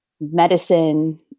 medicine